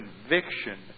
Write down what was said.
conviction